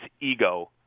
ego